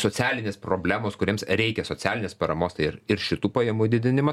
socialinės problemos kuriems reikia socialinės paramos tai ir ir šitų pajamų didinimas